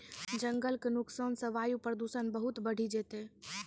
जंगल के नुकसान सॅ वायु प्रदूषण बहुत बढ़ी जैतै